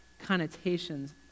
connotations